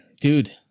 dude